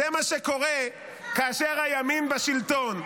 זה מה שקורה כאשר הימין בשלטון: